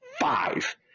five